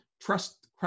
trust